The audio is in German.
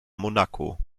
monaco